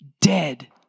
dead